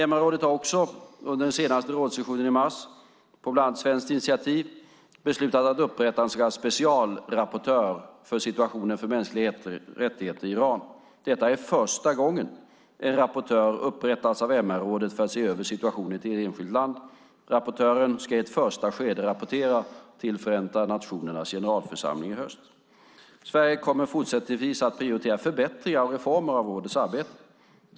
MR-rådet har också under den senaste rådssessionen i mars, bland annat på svenskt initiativ, beslutat att upprätta en så kallad specialrapportör för situationen för mänskliga rättigheter i Iran. Detta är första gången en rapportör upprättas av MR-rådet för att se över situationen i ett enskilt land. Rapportören ska i ett första skede rapportera till Förenta nationernas generalförsamling i höst. Sverige kommer fortsättningsvis att prioritera förbättringar och reformer av rådets arbete.